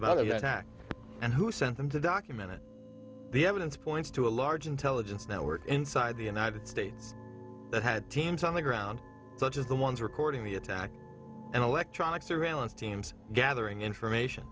attack and who sent them to document it the evidence points to a large intelligence network inside the united states that had teams on the ground such as the ones recording the attack and electronic surveillance teams gathering information